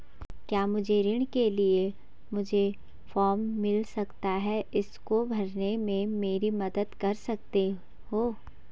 क्या मुझे ऋण के लिए मुझे फार्म मिल सकता है इसको भरने में मेरी मदद कर सकते हो?